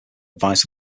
advice